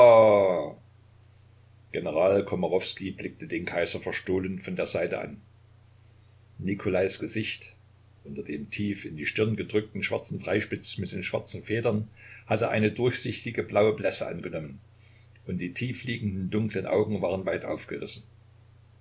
general komarowskij blickte den kaiser verstohlen von der seite an nikolais gesicht unter dem tief in die stirne gedrückten schwarzen dreispitz mit den schwarzen federn hatte eine durchsichtige blaue blässe angenommen und die tiefliegenden dunklen augen waren weit aufgerissen